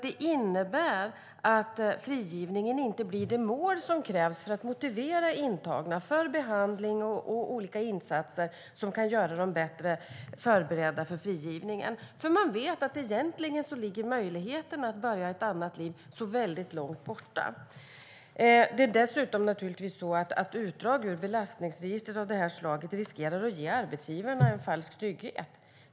Det innebär att frigivningen inte blir det mål som krävs för att motivera intagna till behandling eller olika insatser som kan göra dem bättre förberedda inför frigivningen. De vet ju att möjligheterna att börja ett annat liv ligger långt borta. Utdrag ur belastningsregistret riskerar dessutom att ge arbetsgivarna en falsk trygghet.